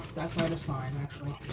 that side is fine actually.